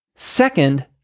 Second